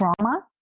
trauma